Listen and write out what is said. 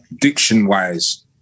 diction-wise